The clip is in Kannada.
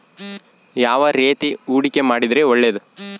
ಯಾವ ರೇತಿ ಹೂಡಿಕೆ ಮಾಡಿದ್ರೆ ಒಳ್ಳೆಯದು?